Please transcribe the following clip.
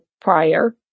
prior